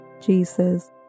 Jesus